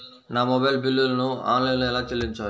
నా మొబైల్ బిల్లును ఆన్లైన్లో ఎలా చెల్లించాలి?